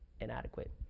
inadequate